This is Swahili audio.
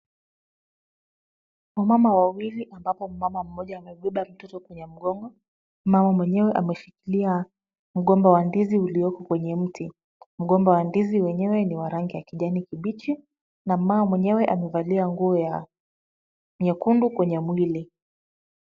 Wamama wawili ambapo mmama mmoja amebeba mtoto kwenye mgongo . Mmama mwenyewe ameshikilia mgomba wa ndizi ulioko kwenye mti. Mgomba wa ndizi wenyewe ni wa rangi ya kijani kibichi na mmama mwenyewe amevalia nguo ya nyekundu kwenye mwili.